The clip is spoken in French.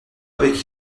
avec